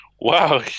Wow